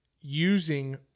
using